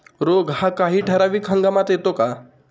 रोग हा काही ठराविक हंगामात येतो का?